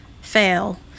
fail